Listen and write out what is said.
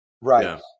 Right